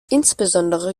insbesondere